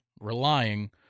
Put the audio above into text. relying